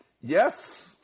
yes